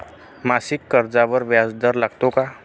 मासिक कर्जावर व्याज दर लागतो का?